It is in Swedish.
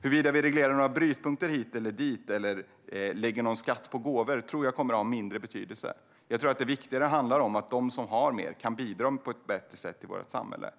Huruvida vi reglerar några brytpunkter hit eller dit eller lägger skatt på gåvor tror jag kommer att ha mindre betydelse. Jag tror att det viktiga handlar om att de som har mer kan bidra på ett bättre sätt i vårt samhälle.